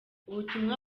ubutumwa